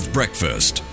Breakfast